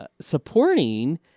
supporting-